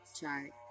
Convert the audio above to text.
chart